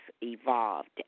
evolved